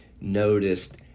noticed